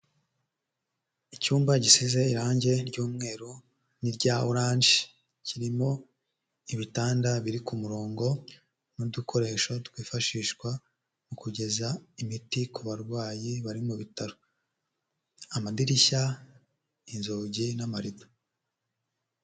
Icyumba gisize irange ry'umweru n'irya oranje, kirimo ibitanda biri ku murongo n'udukoresho twifashishwa mu kugeza imiti ku barwayi bari mu bitaro, amadirishya, inzugi n'amarido.